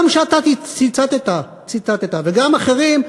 גם שאתה ציטטת וגם אחרים,